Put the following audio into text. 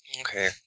Okay